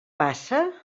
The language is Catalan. passa